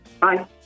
bye